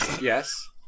Yes